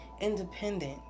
independent